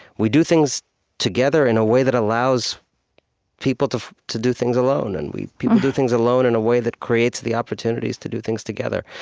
we do things together in a way that allows people to to do things alone. and people do things alone in a way that creates the opportunities to do things together.